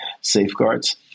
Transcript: safeguards